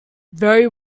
very